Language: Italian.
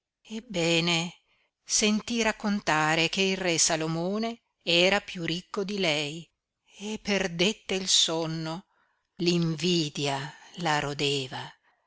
ebbene sentí raccontare che il re salomone era piú ricco di lei e perdette il sonno l'invidia la rodeva